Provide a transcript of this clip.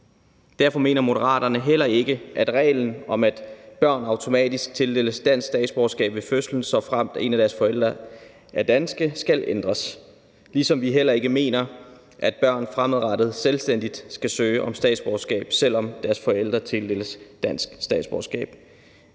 Derfor mener Moderaterne heller ikke, at reglen om, at børn automatisk tildeles dansk statsborgerskab ved fødslen, såfremt en af deres forældre er danske, skal ændres, ligesom vi heller ikke mener, at børn fremadrettet selvstændigt skal søge om statsborgerskab, selv om deres forældre tildeles dansk statsborgerskab.